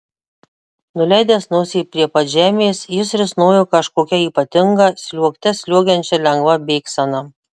nuleidęs nosį prie pat žemės jis risnojo kažkokia ypatinga sliuogte sliuogiančia lengva bėgsena